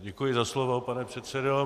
Děkuji za slovo, pane předsedo.